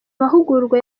mahugurwa